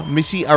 Missy